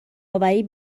آوری